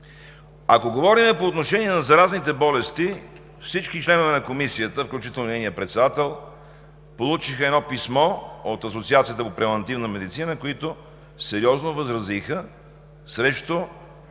Ако говорим по отношение на заразните болести, всички членове на Комисията, включително и нейният председател, получиха едно писмо от Асоциацията по превантивна медицина, които сериозно възразиха срещу